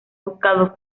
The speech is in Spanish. buscado